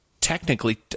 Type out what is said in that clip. technically